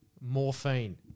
morphine